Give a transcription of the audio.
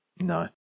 No